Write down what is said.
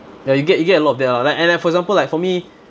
ya you get you get a lot of that ah like and an for example like for me